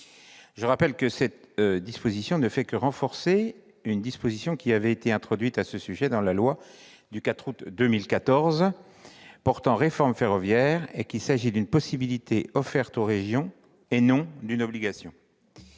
Je rappelle que cette disposition ne fait que renforcer une mesure qui avait été introduite dans la loi du 4 août 2014 portant réforme ferroviaire, et qu'il s'agit d'une simple possibilité offerte aux régions, et non d'une obligation.